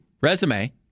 resume